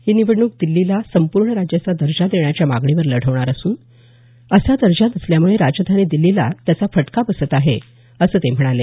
ही निवडणूक दिल्लीला संपूर्ण राज्याचा दर्जा देण्याच्या मागणीवर लढवणार असून असा दर्जा नसल्यामुळे राजधानी दिल्लीला त्याचा फटका बसत आहे असं ते म्हणाले